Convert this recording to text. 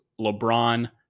LeBron